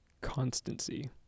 constancy